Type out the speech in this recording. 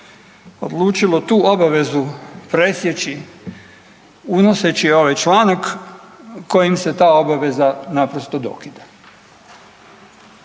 odlučilo tu obavezu presjeći unoseći ovaj članak kojim se ta obaveza naprosto dokida.